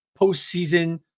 postseason